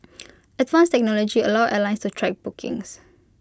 advanced technology allows airlines to track bookings